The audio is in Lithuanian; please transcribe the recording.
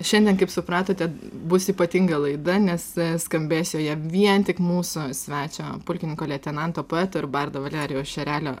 šiandien kaip supratote bus ypatinga laida nes skambės joje vien tik mūsų svečio pulkininko leitenanto poeto ir bardo valerijaus šerelio